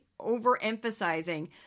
overemphasizing